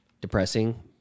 depressing